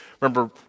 remember